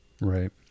right